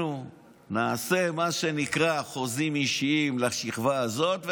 אנחנו נעשה מה שנקרא חוזים אישיים לשכבה הזאת,